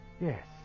Yes